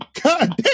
Goddamn